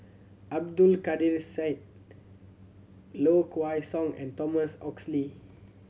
Abdul Kadir Syed Low Kway Song and Thomas Oxley